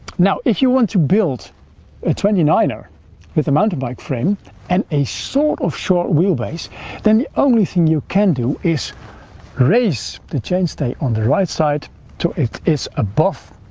now if you want to build a twenty nine er with a mountain bike frame and a sort of short wheelbase then the only thing you can do is raise the chain stay on the right side so it is above.